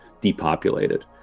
depopulated